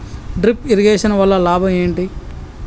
Drip irrigation వల్ల లాభం ఏంటి?